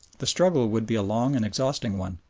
the struggle would be a long and exhausting one.